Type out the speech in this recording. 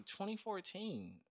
2014